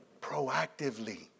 proactively